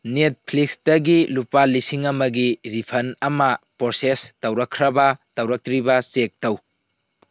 ꯅꯦꯠꯐꯂꯤꯛꯁꯇꯒꯤ ꯂꯨꯄꯥ ꯂꯤꯁꯤꯡ ꯑꯃꯒꯤ ꯔꯦꯐꯟ ꯑꯃ ꯄ꯭ꯔꯣꯁꯦꯁ ꯇꯧꯔꯛꯈ꯭ꯔꯕ ꯇꯧꯔꯛꯇ꯭ꯔꯤꯕ꯭ꯔꯥ ꯆꯦꯛ ꯇꯧ